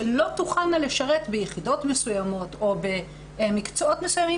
שלא תוכלנה לשרת ביחידות מסוימות או במקצועות מסוימים